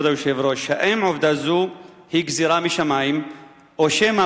כבוד היושב-ראש: האם עובדה זו היא גזירה משמים או שמא